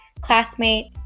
classmate